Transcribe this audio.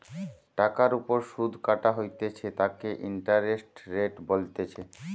টাকার ওপর সুধ কাটা হইতেছে তাকে ইন্টারেস্ট রেট বলতিছে